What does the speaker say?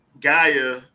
Gaia